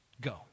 go